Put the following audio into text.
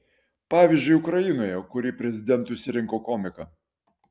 pavyzdžiui ukrainoje kuri prezidentu išsirinko komiką